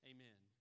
Amen